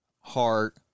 heart